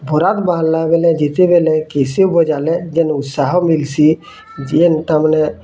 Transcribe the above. ବରାତ୍ ବାହାରିଲା ବେଲେ ଯେତେବେଲେ କ୍ୟାସିଓ ବଜାଲେ ଯେନୁ ଉତ୍ସାହ ମିଲସି ଯେନ୍ ତାମାନେ